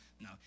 No